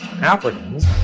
Africans